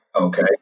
Okay